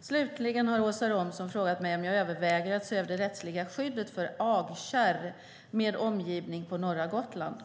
Slutligen har Åsa Romson frågat mig om jag överväger att se över det rättsliga skyddet för agkärr med omgivning på norra Gotland.